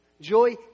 Joy